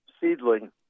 seedling